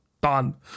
Done